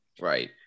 Right